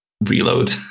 reload